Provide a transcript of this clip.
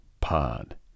pod